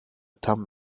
thumb